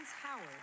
Howard